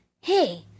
Hey